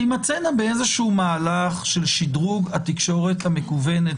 תמצאנה שבאיזה שהוא מהלך של שדרוג התקשורת המקוונת